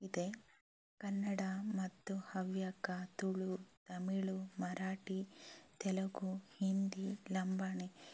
ಇದೆ ಕನ್ನಡ ಮತ್ತು ಹವ್ಯಕ ತುಳು ತಮಿಳು ಮರಾಠಿ ತೆಲುಗು ಹಿಂದಿ ಲಂಬಾಣಿ